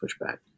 pushback